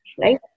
right